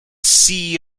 see